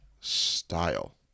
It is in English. style